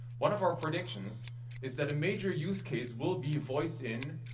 one of our predictions is that a major use case will be voice in,